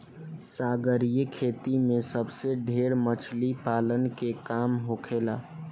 सागरीय खेती में सबसे ढेर मछली पालन के काम होखेला